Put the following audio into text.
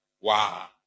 Wow